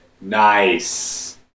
Nice